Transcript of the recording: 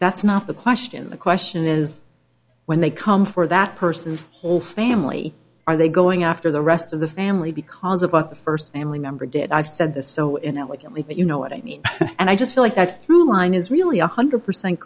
that's not the question the question is when they come for that person's whole family are they going after the rest of the family because about the first family member did i've said this so inelegantly you know what i mean and i just feel like that through line is really one hundred percent